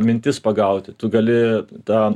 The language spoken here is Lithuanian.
mintis pagauti tu gali tą